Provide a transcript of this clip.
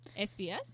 SBS